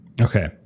Okay